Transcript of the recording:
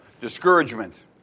discouragement